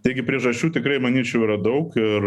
taigi priežasčių tikrai manyčiau yra daug ir